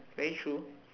very true